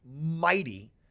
mighty